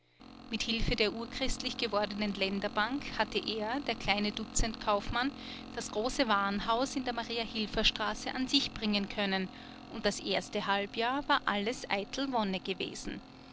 mit hilfe der urchristlich gewordenen länderbank hatte er der kleine dutzendkaufmann das große warenhaus in der mariahilferstraße an sich bringen können und das erste halbjahr war alles eitel wonne gewesen